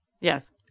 Yes